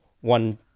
one